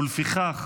ולפיכך